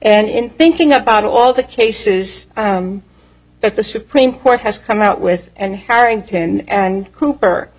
and in thinking about all the cases that the supreme court has come out with and harrington and cooper